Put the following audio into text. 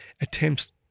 attempts